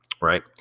right